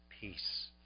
Peace